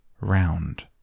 round